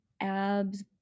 abs